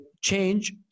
change